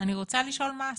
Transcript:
אני רוצה לשאול מה עשו?